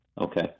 Okay